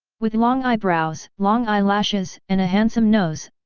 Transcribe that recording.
with long eyebrows, long eyelashes, and a handsome nose,